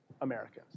Americans